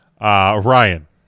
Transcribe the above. Ryan